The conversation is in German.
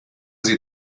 sie